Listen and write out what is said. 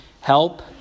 Help